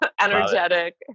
energetic